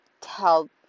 tell